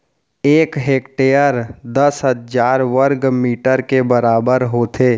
एक हेक्टर दस हजार वर्ग मीटर के बराबर होथे